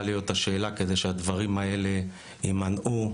להיות השאלה כדי שהדברים האלה ימנעו,